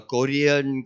Korean